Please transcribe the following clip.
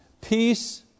Peace